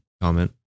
Comment